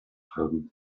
haben